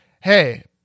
Hey